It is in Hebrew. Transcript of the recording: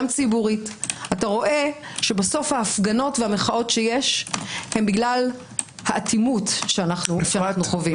ציבורית אתה רואה שבסוף ההפגנות והמחאות שיש הן בגלל האטימות שאנו חווים.